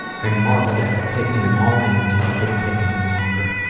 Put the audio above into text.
i marveled at it, taking them all in until i couldn't take it any longer.